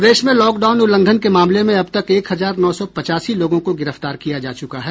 प्रदेश में लॉकडाउन उल्लंघन के मामले में अब तब एक हजार नौ सौ पचासी लोगों को गिरफ्तार किया जा चुका है